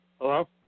Hello